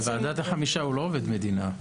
בוועדת החמישה הוא לא עובד מדינה.